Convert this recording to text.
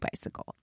bicycle